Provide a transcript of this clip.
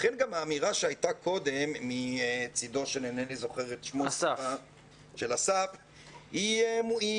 לכן גם האמירה שהייתה קודם מצדו של אסף היא מופרכת,